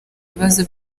ibibazo